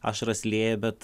ašaras lieja bet